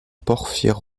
porphyre